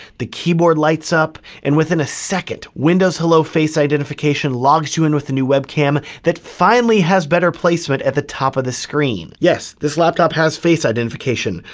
the keyboard lights up and within a second, windows windows hello face identification logs you in with the new webcam, that finally has better placement at the top of the screen. yes, this laptop has face identification,